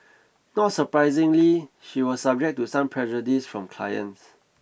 not surprisingly she was subject to some prejudice from clients